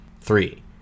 three